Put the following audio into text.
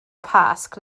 pasg